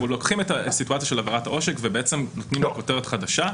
אנחנו לוקחים את הסיטואציה של עבירת העושק ובעצם נותנים לה כותרת חדשה.